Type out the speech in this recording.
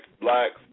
blacks